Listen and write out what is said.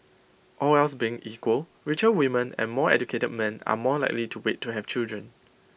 all else being equal richer women and more educated men are more likely to wait to have children